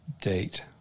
date